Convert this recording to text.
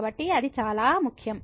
కాబట్టి అది చాలా ముఖ్యం